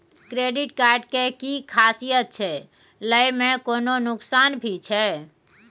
Credit card के कि खासियत छै, लय में कोनो नुकसान भी छै?